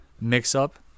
mix-up